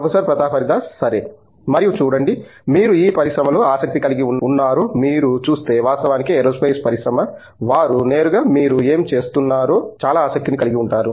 professor Pratap Haridas సరే మరియు చూడండి మీరు ఏ పరిశ్రమలో ఆసక్తి కలిగి ఉన్నారో మీరు చూస్తే వాస్తవానికి ఏరోస్పేస్ పరిశ్రమ వారు నేరుగా మీరు ఏమి చేస్తున్నారో చాలా ఆసక్తిని కలిగి ఉంటారు